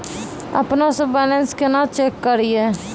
अपनों से बैलेंस केना चेक करियै?